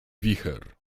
wicher